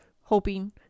hoping